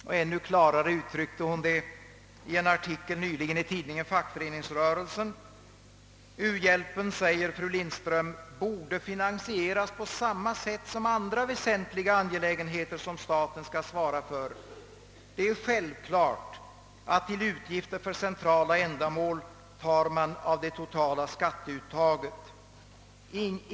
Och ännu klarare uttryckte hon det nyligen i en artikel i tidskriften Fackföreningsrörelsen, där hon skrev: »U hjälpen borde finansieras på samma sätt som andra väsentliga angelägenheter som staten skall svara för. Det är självklart att till utgifter för centrala ändamål tar man av det totala skatteuttaget.